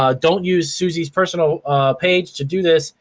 um don't use suzy's personal page to do this,